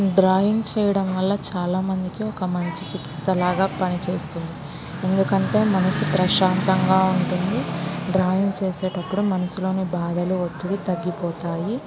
drawing చెయ్యడం వల్ల చాలామందికి ఒక మంచి చికిత్సలాగా పనిచేస్తుంది ఎందుకంటే మనసు ప్రశాంతంగా ఉంటుంది డ్రాయింగ్ చేసేటప్పుడు మనసులోని బాధలు ఒత్తిడి తగ్గిపోతాయి